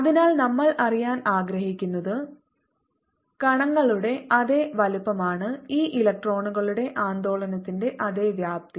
അതിനാൽ നമ്മൾ അറിയാൻ ആഗ്രഹിക്കുന്നത് കണങ്ങളുടെ അതേ വലുപ്പമാണ് ഈ ഇലക്ട്രോണുകളുടെ ആന്ദോളനത്തിന്റെ അതേ വ്യാപ്തി